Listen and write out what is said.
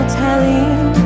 telling